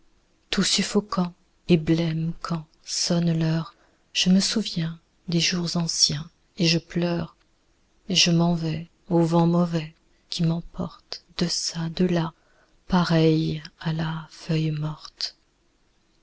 tout suffocant et blême quand sonne l'heure je me souviens des jours anciens et je pleure et je m'en vais au vent mauvais qui m'emporte deçà delà pareil à la feuille morte